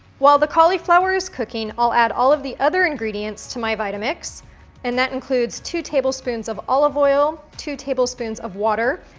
while the cauliflower is cooking, i'll add all of the other ingredients to my vitamix and that includes two tablespoons of olive oil, two tablespoons of water,